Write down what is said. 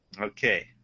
Okay